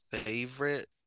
favorite